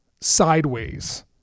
sideways